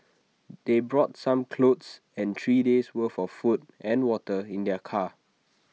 they brought some clothes and three days' worth of food and water in their car